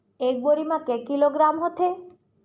एक बोरी म के किलोग्राम होथे?